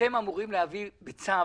אמורים לכאן בצו,